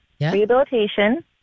rehabilitation